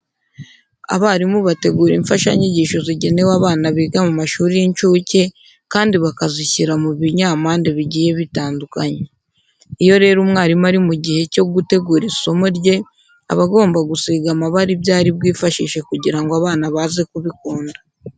Abarimu bategura imfashanyigisho zigenewe abana biga mu mashuri y'incuke kandi bakazishyira mu binyampande bigiye bitandukanye. Iyo rero umwarimu ari mu gihe cyo gutegura isomo rye, aba agomba gusiga amabara ibyo ari bwifashishe kugira ngo abana baze kubikunda.